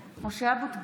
(קוראת בשמות חברי הכנסת) משה אבוטבול,